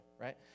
right